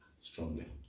strongly